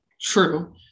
true